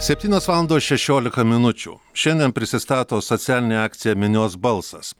septynios valandos šešiolika minučių šiandien prisistato socialinė akcija minios balsas